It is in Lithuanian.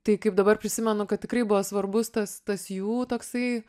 tai kaip dabar prisimenu kad tikrai buvo svarbus tas tas jų toksai